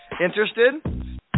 Interested